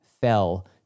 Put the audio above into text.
fell